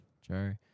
Joe